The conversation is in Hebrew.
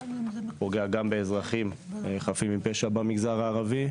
הוא פוגע גם באזרחים חפים מפשע במגזר הערבי.